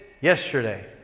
yesterday